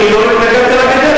אני לא התנגדתי לגדר,